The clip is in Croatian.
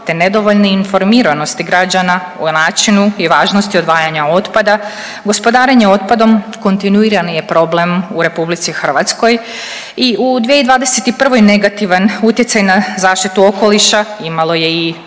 te nedovoljne informiranosti građana o načinu i važnosti odvajanja otpada. Gospodarenje otpadom kontinuirani je problem u Republici Hrvatskoj i u 2021. negativan utjecaj na zaštitu okoliša imalo je i